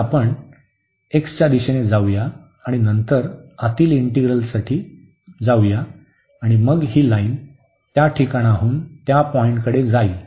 तर आपण x च्या दिशेने जाऊया आणि नंतर आतील इंटिग्रलसाठी जाऊया आणि मग ही लाईन त्या ठिकाणाहून त्या पॉईंटकडे जाईल